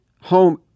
home